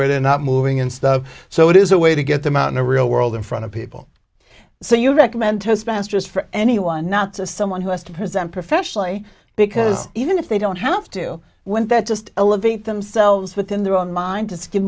where they're not moving and stuff so it is a way to get them out in the real world in front of people so you recommend toastmasters for anyone not just someone who has to present professionally because even if they don't have to when that just elevate themselves within their own mind to give